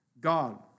God